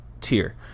tier